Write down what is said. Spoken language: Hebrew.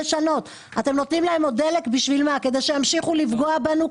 אתם נותנים להם עוד דלק בשביל שימשיכו לפגוע בנו,